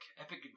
Epic